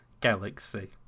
galaxy